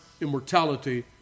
immortality